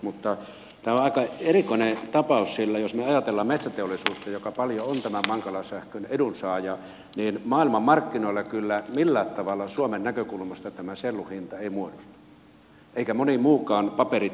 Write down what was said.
mutta tämä on aika erikoinen tapaus sillä jos me ajattelemme metsäteollisuutta joka paljon on tämän mankala sähkön edunsaaja niin maailmanmarkkinoilla kyllä millään tavalla suomen näkökulmasta tämä sellun hinta ei muodostu eikä monen muunkaan paperin tai muun